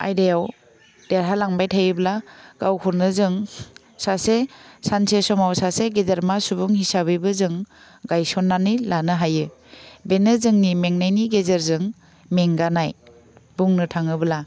आयदायाव देरहालांबाय थायोब्ला गावखौनो जों सासे सानसे समाव सासे गेदेरमा सुबुं हिसाबैबो जों गायसननानै लानो हायो बेनो जोंनि मेंनायनि गेजेरजों मेंगानाय बुंनो थाङोब्ला